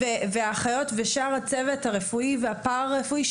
האחיות ושאר הצוות הרפואי והפארה-רפואי,